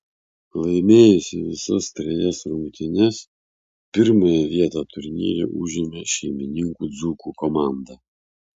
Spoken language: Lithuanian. laimėjusi visas trejas rungtynes pirmąją vietą turnyre užėmė šeimininkų dzūkų komanda